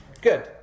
Good